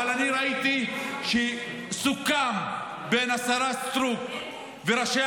אבל אני ראיתי שסוכם בין השרה סטרוק לראשי